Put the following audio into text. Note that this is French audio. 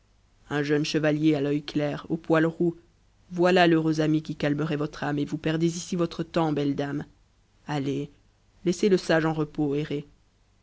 un jeune chevalier à œi clair au poil roux voi à l'heureux ami qui calmerait votre âme et vous perdez ici votre temps belle dame auez laissez le sage en repos